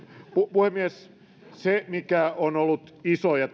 puhemies se mikä on ollut iso ja